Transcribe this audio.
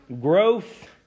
Growth